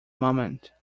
moment